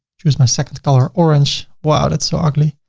choose my second color orange, well it's so ugly.